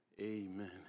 Amen